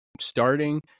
starting